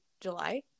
July